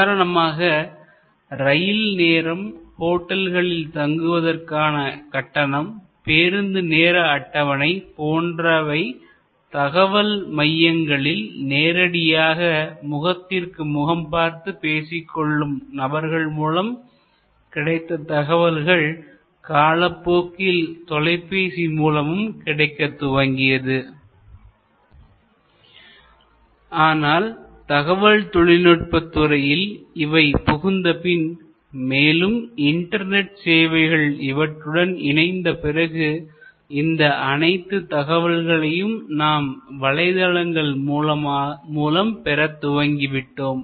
உதாரணமாக ரயில் நேரம்ஹோட்டல்களில் தங்குவதற்கான கட்டணம்பேருந்து நேர அட்டவணை போன்றவை தகவல் மையங்களில் நேரடியாக முகத்திற்கு முகம் பார்த்து பேசிக் கொள்ளும் நபர்கள் மூலம் கிடைத்த தகவல்கள் காலப்போக்கில் தொலைபேசி மூலம் கிடைக்க துவங்கியது ஆனால் தகவல் தொழில்நுட்பத்துறையில் இவை புகுந்தபின் மேலும் இன்டர்நெட் சேவைகள் இவற்றுடன் இணைந்த பிறகு இந்த அனைத்து தகவல்களையும் நாம் வலைதளங்கள் மூலம் பெறத் துவங்கி விட்டோம்